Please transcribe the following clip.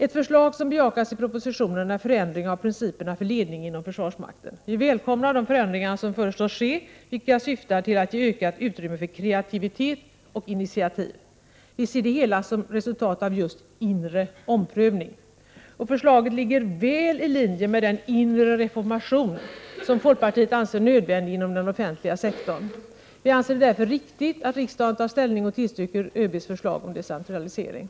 Ett förslag som bejakas i propositionen är förändring av principerna för ledning inom försvarsmakten. Vi välkomnar de förändringar som föreslås ske, vilka syftar till att ge ökat utrymme för kreativitet och initiativ. Viser det hela som resultat av just ”inre omprövning”. Förslaget ligger väl i linje med den ”inre reformation” som folkpartiet anser nödvändig inom den offentliga sektorn. Vi anser det därför riktigt att riksdagen tar ställning och tillstyrker ÖB:s förslag om decentralisering.